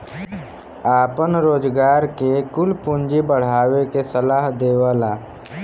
आपन रोजगार के कुल पूँजी बढ़ावे के सलाह देवला